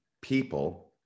people